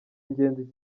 ingenzi